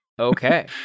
Okay